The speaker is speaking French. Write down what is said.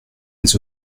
des